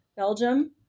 Belgium